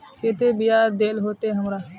केते बियाज देल होते हमरा?